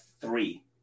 three